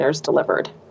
delivered